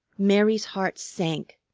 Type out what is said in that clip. mary's heart sank,